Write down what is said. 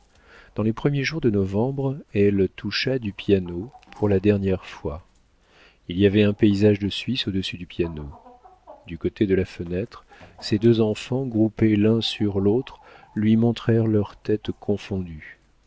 dans les premiers jours de novembre elle toucha du piano pour la dernière fois il y avait un paysage de suisse au-dessus du piano du côté de la fenêtre ses deux enfants groupés l'un sur l'autre lui montrèrent leurs têtes confondues